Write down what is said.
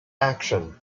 action